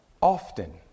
Often